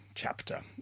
chapter